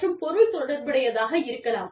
மற்றும் பொருள் தொடர்புடையதாக இருக்கலாம்